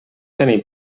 tenir